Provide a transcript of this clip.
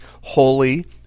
holy